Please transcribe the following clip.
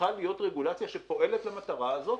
שצריכה להיות רגולציה שפועלת למטרה הזאת,